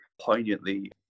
poignantly